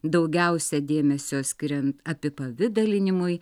daugiausia dėmesio skiriant apipavidalinimui